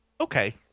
Okay